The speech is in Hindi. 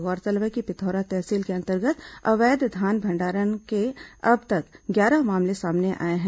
गौरतलब है कि पिथौरा तहसील के अंतर्गत अवैध धान भंडारण के अब तक ग्यारह मामले सामने आए हैं